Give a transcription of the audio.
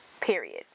Period